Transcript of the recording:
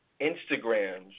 Instagrams